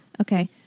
Okay